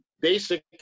basic